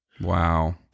Wow